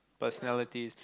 personalities